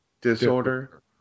disorder